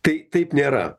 tai taip nėra